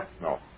No